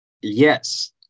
Yes